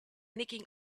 nicking